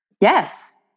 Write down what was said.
Yes